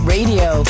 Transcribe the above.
Radio